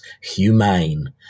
Humane